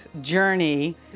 journey